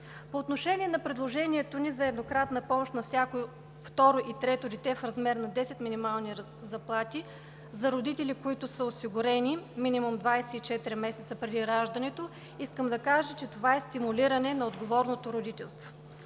По отношение на предложението ни за еднократната помощ на всяко второ и трето дете в размер на десет минимални заплати за родители, които са осигурени минимум 24 месеца преди раждането, искам да кажа, че това е стимулиране на отговорното родителство.